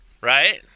right